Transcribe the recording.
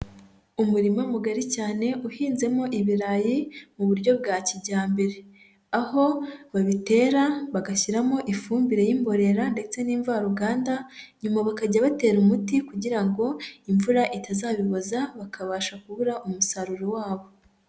Umurima mugari cyane uhinzemo ibirayi mu buryo bwa kijyambere, aho babitera bagashyiramo ifumbire y'imborera ndetse n'imvaruganda, nyuma bakajya batera umuti kugira ngo imvura itazabiboza bakabasha kubura umusaruro wabo.